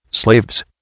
slaves